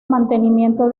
mantenimiento